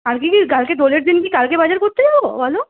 কালকে কি কালকে দোলের দিন কালকে কি বাজার করতে যাব বল